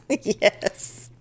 yes